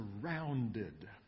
surrounded